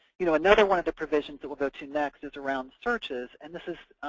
you know another one of the provisions that we'll go to next is around searches, and this is